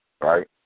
right